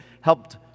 helped